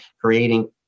creating